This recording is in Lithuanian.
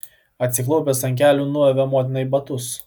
atsiklaupęs ant kelių nuavė motinai batus